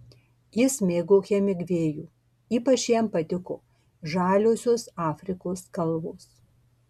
jis mėgo hemingvėjų ypač jam patiko žaliosios afrikos kalvos